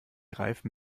reifen